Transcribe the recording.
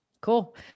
Cool